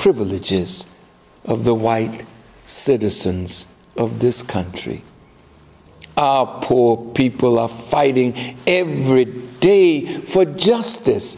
privileges of the white citizens of this country poor people are fighting every day for justice